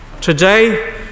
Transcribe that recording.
Today